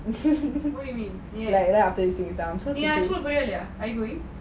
what do you mean I just want to go